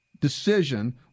decision